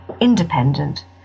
independent